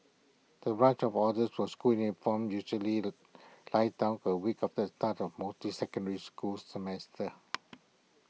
the rush of orders for school uniforms usually dies down A week after the start of most secondary school semesters